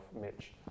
Mitch